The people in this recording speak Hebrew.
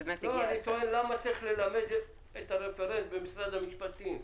למה צריך ללמד את הרפרנט במשרד המשפטים?